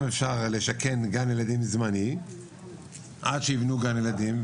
אפשר לשכן גן ילדים זמני עד שיבנו גן ילדים,